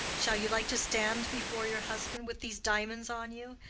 shall you like to stand before your husband with these diamonds on you,